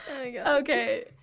Okay